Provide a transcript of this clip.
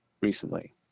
recently